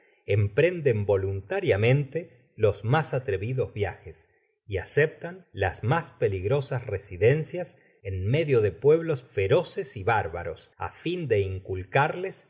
prenden voluntariamente los mas atrevidos viajes y aceptan las mas peligrosas residencias en medio de pueblos feroces y bárbaros á fío de incuiearles